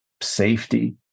safety